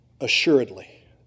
assuredly